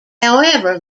however